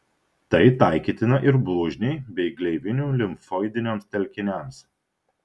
tai taikytina ir blužniai bei gleivinių limfoidiniams telkiniams